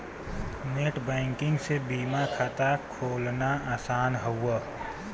net banking से बीमा खाता खोलना आसान हौ